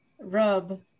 rub